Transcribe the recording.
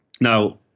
Now